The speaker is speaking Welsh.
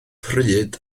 pryd